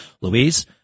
Louise